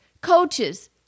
coaches